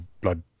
blood